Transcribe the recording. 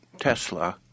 Tesla